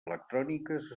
electròniques